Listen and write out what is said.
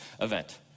event